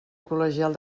col·legial